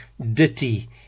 ditty